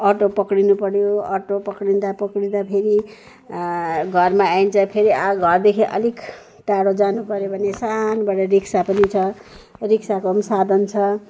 auto पकडिनु पऱ्यो auto पक्डिँदा पक्डिँदा फेरि घरमा आइन्छ फेरि घरदेखि अलिक टाढो जानुपऱ्यो भने सानोबडे रिक्सा पनि छ रिक्साको पनि साधन छ